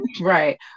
right